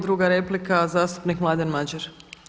Druga replika, zastupnik Mladen Madjer.